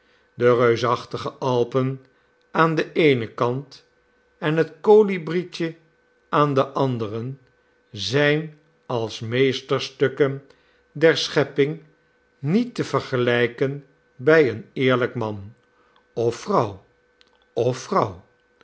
de reusachtige alpen aan den eenen kant en het kolibrietje aan den anderen zijn als meesterstukken der schepping niet te vergelijken bij een eerlijk man of vrouw of vrouw